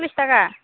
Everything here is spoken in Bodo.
सल्लिस थाखा